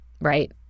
right